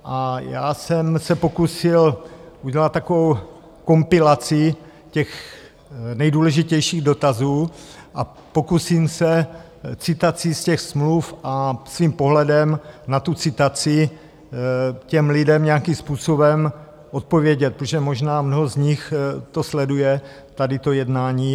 A já jsem se pokusil udělat takovou kompilaci těch nejdůležitějších dotazů a pokusím se citací z těch smluv a svým pohledem na tu citaci těm lidem nějakým způsobem odpovědět, protože možná mnoho z nich to sleduje, tady to jednání.